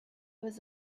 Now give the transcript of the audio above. was